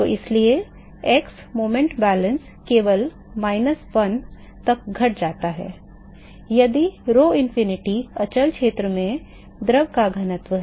तो इसलिए x संवेग संतुलन केवल माइनस 1 तक घट जाता है यदि rhoinfinity अचल क्षेत्र में द्रव का घनत्व है